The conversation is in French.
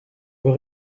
vos